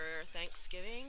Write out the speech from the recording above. Thanksgiving